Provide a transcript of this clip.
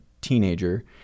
teenager